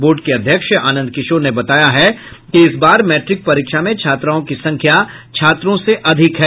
board के अध्यक्ष आनंद किशोर ने बताया है कि इस बार मैट्रिक परीक्षा में छात्राओं की संख्या छात्रों से अधिक है